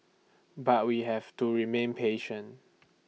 but we have to remain patient